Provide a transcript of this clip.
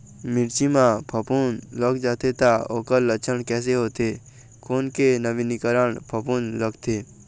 मिर्ची मा फफूंद लग जाथे ता ओकर लक्षण कैसे होथे, कोन के नवीनीकरण फफूंद लगथे?